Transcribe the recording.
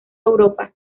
europa